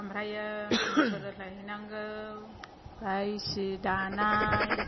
आमफ्रायो मोसौ दोस्लायहैनांगौ ओमफाय सि दानाय